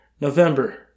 November